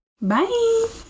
Bye